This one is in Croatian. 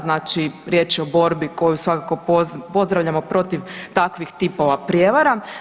Znači, riječ je o borbi koju svakako pozdravljamo protiv takvih tipova prijevara.